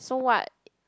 so what